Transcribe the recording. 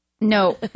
no